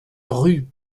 rue